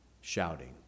shouting